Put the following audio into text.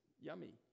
yummy